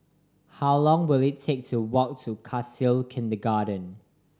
how long will it take to walk to Khalsa Kindergarten